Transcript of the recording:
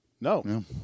no